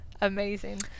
Amazing